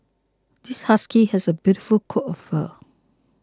this husky has a beautiful coat of fur